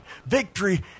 Victory